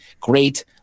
great